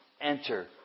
enter